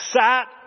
sat